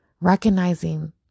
Recognizing